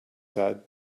said